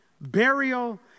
burial